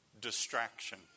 Distraction